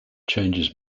changes